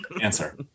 Answer